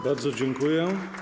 Bardzo dziękuję.